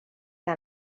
que